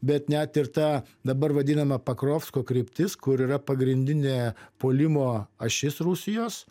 bet net ir ta dabar vadinama pakrovsko kryptis kur yra pagrindinė puolimo ašis rusijos